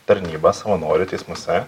tarnyba savanorių teismuose